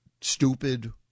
stupid